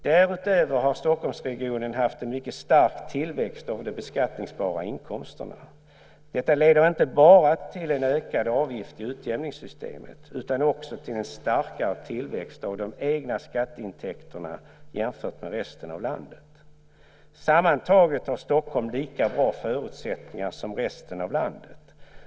Därutöver har Stockholmsregionen haft en mycket stark tillväxt av de beskattningsbara inkomsterna. Detta leder inte bara till en ökad avgift i utjämningssystemet utan också till en starkare tillväxt av de egna skatteintäkterna jämfört med resten av landet. Sammantaget har Stockholm lika bra förutsättningar som resten av landet.